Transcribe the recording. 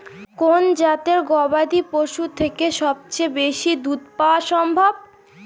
কোন জাতের গবাদী পশু থেকে সবচেয়ে বেশি দুধ পাওয়া সম্ভব?